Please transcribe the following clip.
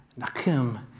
nakim